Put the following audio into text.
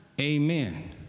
amen